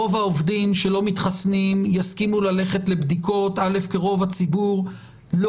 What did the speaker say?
רוב העובדים שלא מתחסנים יסכימו ללכת לבדיקות כי רוב הציבור לא